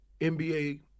NBA